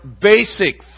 basic